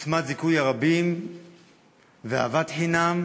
עוצמת זיכוי הרבים ואהבת חינם